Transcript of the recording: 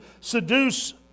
seduce